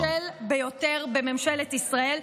הכושל ביותר בממשלת ישראל.